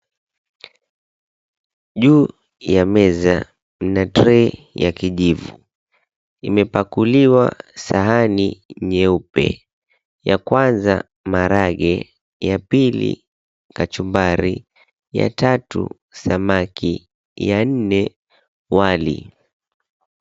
Juu ya meza mna tray ya kijivu. Imepakuliwa sahani nyeupe. Ya kwanza maharage, ya pili kachumbari, ya tatu samaki, ya nne wali.